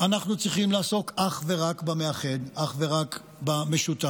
אנחנו צריכים לעסוק אך ורק במאחד, אך ורק במשותף,